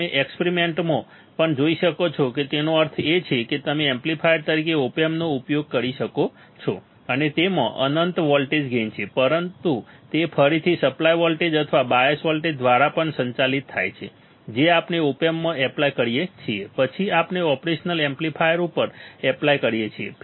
તમે એક્સપેરિમેન્ટ્સમાં પણ જોઈ શકો છો તેનો અર્થ એ છે કે તમે એમ્પ્લીફાયર તરીકે ઓપ એમ્પનો ઉપયોગ કરી શકો છો અને તેમાં અનંત વોલ્ટેજ ગેઇન છે પરંતુ તે ફરીથી સપ્લાય વોલ્ટેજ અથવા બાયસ વોલ્ટેજ દ્વારા પણ સંચાલિત થાય છે જે આપણે ઓપ એમ્પમાં એપ્લાય કરીએ છીએ પછી આપણે ઓપરેશનલ એમ્પ્લીફાયર ઉપર એપ્લાય કરીએ છીએ